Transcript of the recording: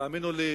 תאמינו לי,